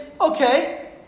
Okay